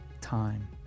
time